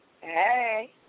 Hey